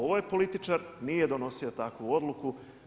Ovaj političar nije donosio takvu odluku.